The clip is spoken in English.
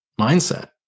mindset